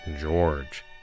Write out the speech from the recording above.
George